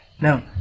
No